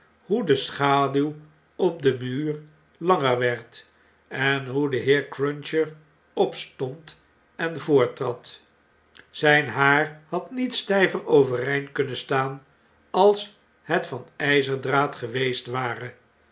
hoe de schaduw op den muur langer werd en hoe de heer cruncher opstond en voortrad zp haar had niet stjjver overeind kunnen staan als het van jjzerdraad geweest ware